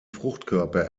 fruchtkörper